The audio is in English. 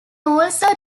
also